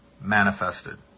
manifested